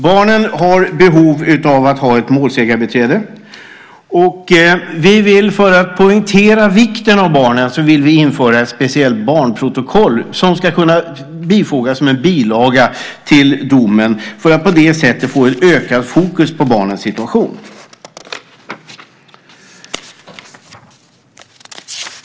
Barnen har behov av att ha ett målsägarbiträde. För att poängtera vikten av barnen vill vi införa ett speciellt barnprotokoll, som ska kunna bifogas som en bilaga till domen för att på det sättet få ökad fokus på barnens situation.